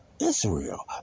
Israel